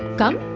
come.